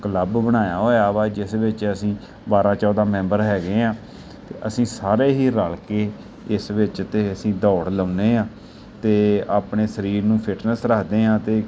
club ਬਣਾਇਆ ਹੋਇਆ ਵਾ ਜਿਸ ਵਿੱਚ ਅਸੀਂ ਬਾਰ੍ਹਾਂ ਚੌਦ੍ਹਾਂ ਮੈਂਬਰ ਹੈਗੇ ਹਾਂ ਅਸੀਂ ਸਾਰੇ ਹੀ ਰਲ ਕੇ ਇਸ ਵਿੱਚ ਅਤੇ ਅਸੀਂ ਦੌੜ ਲਾਉਂਦੇ ਹਾਂ ਅਤੇ ਆਪਣੇ ਸਰੀਰ ਨੂੰ ਫਿਟਨੈਸ ਰੱਖਦੇ ਹਾਂ ਅਤੇ